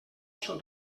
són